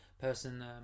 person